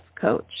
coach